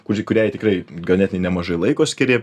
kuri kuriai tikrai ganėtinai nemažai laiko skiri